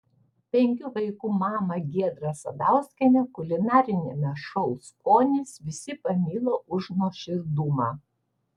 penkių vaikų mamą giedrą sadauskienę kulinariniame šou skonis visi pamilo už nuoširdumą